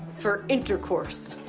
for intercourse.